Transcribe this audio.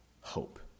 hope